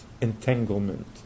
entanglement